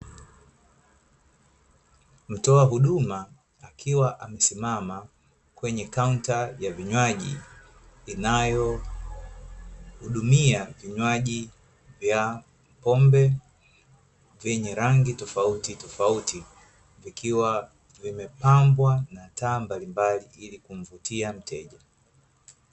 Mtoa huduma, akiwa amesimama kwenye kaunta ya vinywaji, inayohudumia vinywaji vya pombe vyenye rangi tofauti tofauti, vikiwa vimepambwa na taa mbalimbali, ili kumvutia mteja.